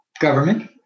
government